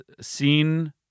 seen